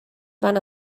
van